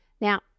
Now